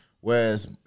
Whereas